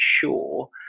sure